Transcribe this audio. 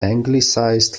anglicized